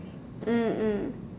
mm mm